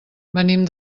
venim